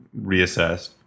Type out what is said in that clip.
reassessed